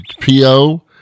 PO